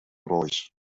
royce